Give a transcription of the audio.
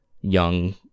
young